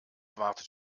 wartet